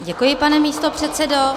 Děkuji, pane místopředsedo.